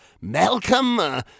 Malcolm